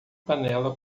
panela